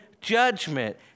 judgment